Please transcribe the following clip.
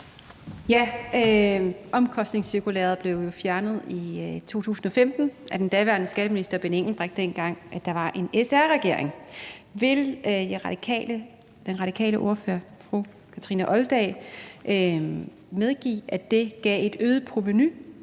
(V): Omkostningscirkulæret blev jo fjernet i 2015 af den daværende skatteminister, Benny Engelbrecht, dengang der var en SR-regering. Vil den radikale ordfører, fru Kathrine Olldag, medgive, at det gav et øget provenu,